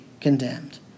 condemned